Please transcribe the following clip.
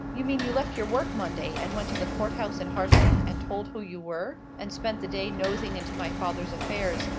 you mean you left your work monday, and went to the court house in hartley and told who you were, and spent the day nosing into my father's affairs,